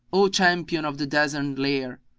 o champion of the desert lair,